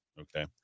Okay